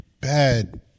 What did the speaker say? bad